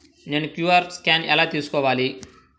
నేను QR scan ఎలా తీసుకోవాలి?